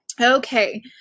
okay